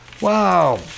Wow